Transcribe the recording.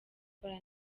ukora